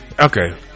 okay